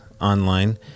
online